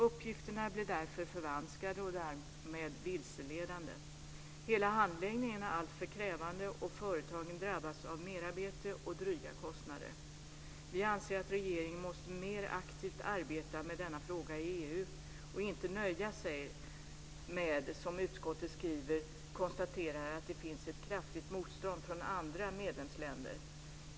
Uppgifterna blir därför förvanskade och därmed vilseledande. Hela handläggningen är alltför krävande, och företagen drabbas av merarbete och dryga kostnader. Vi anser att regeringen måste arbeta mer aktivt med denna fråga i EU och inte nöja sig med det som utskottet skriver om att man konstaterar att det finns ett kraftigt motstånd från andra medlemsländer.